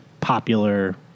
popular